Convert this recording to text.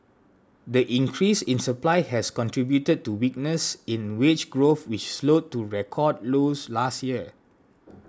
the increase in supply has contributed to weakness in wage growth which slowed to record lows last year